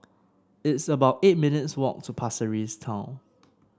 it's about eight minutes' walk to Pasir Ris Town